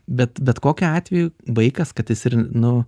bet bet kokiu atveju vaikas kad jis ir nu